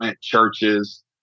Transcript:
churches